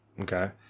okay